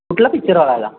कुठला पिच्चर बघायला